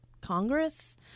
Congress